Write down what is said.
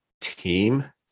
team